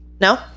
no